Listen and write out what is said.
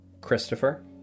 Christopher